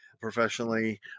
professionally